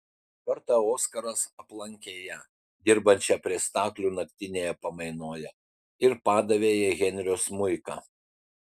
kartą oskaras aplankė ją dirbančią prie staklių naktinėje pamainoje ir padavė jai henrio smuiką